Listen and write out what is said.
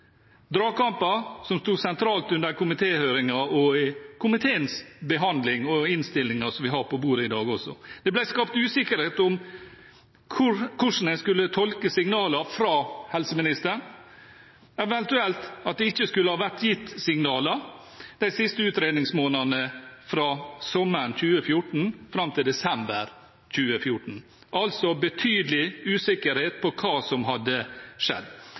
som sto sentralt under komitéhøringen, i komiteens behandling og i innstillingen som vi har på bordet i dag. Det ble skapt usikkerhet om hvordan en skulle tolke signaler fra helseministeren, eventuelt at det ikke skulle ha vært gitt signaler de siste utredningsmånedene fra sommeren 2014 fram til desember 2014, altså betydelig usikkerhet om hva som hadde skjedd.